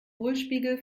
hohlspiegel